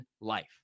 life